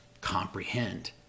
comprehend